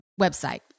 website